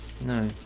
No